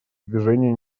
движения